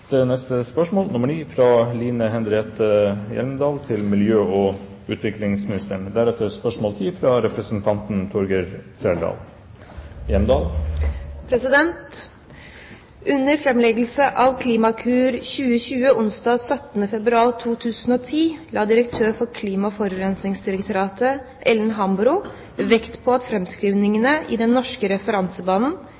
til disposisjon for denne tomten for anskaffelse til sykehusformål. Mitt spørsmål er: «Under fremleggelsen av Klimakur 2020 onsdag 17. februar 2010 la direktør for Klima- og forurensningsdirektoratet, Ellen Hambro, vekt på at